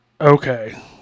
okay